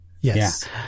Yes